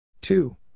two